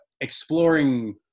exploring